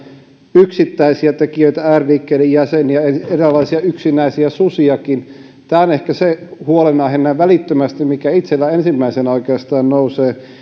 yksittäisiä tekijöitä ääriliikkeiden jäseniä eräänlaisia yksinäisiä susiakin tämä on ehkä se huolenaihe näin välittömästi mikä itsellä ensimmäisenä oikeastaan nousee